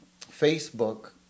Facebook